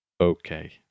Okay